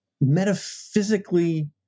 metaphysically